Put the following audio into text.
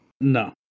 No